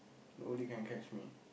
nobody can catch me